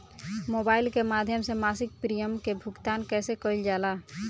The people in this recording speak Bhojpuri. मोबाइल के माध्यम से मासिक प्रीमियम के भुगतान कैसे कइल जाला?